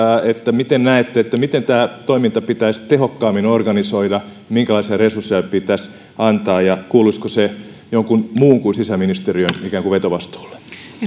miten näette että tämä toiminta pitäisi tehokkaammin organisoida minkälaisia resursseja pitäisi antaa ja kuuluisiko se jonkun muun kuin sisäministeriön vetovastuulle